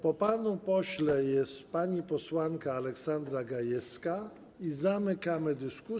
Po panu pośle jest pani posłanka Aleksandra Gajewska i zamykamy dyskusję.